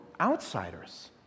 outsiders